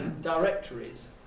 directories